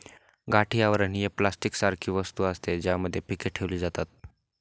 गाठी आवरण ही प्लास्टिक सारखी वस्तू असते, ज्यामध्ये पीके ठेवली जातात